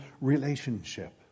relationship